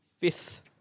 fifth